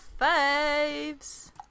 faves